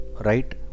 right